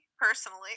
personally